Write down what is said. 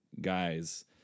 guys